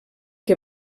que